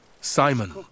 Simon